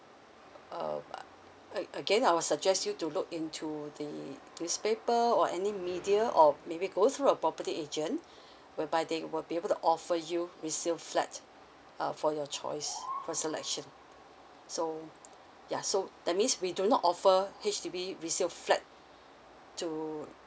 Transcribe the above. um uh ag~ again I will suggest you to look into the newspaper or any media or maybe go through a property agent whereby they will be able to offer you resale flat uh for your choice for selection so ya so that means we do not offer H_D_B resale flat to